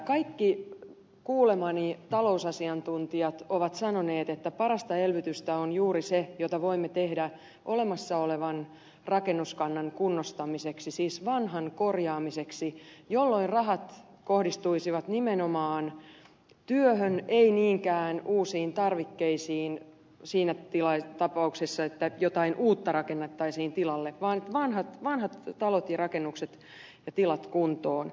kaikki kuulemani talousasiantuntijat ovat sanoneet että parasta elvytystä on juuri se mitä voimme tehdä olemassa olevan rakennuskannan kunnostamiseksi siis vanhan korjaamiseksi jolloin rahat kohdistuisivat nimenomaan työhön eivätkä niinkään uusiin tarvikkeisiin siinä tapauksessa että jotain uutta rakennettaisiin tilalle vaan että vanhat talot ja rakennukset ja tilat saataisiin kuntoon